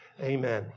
Amen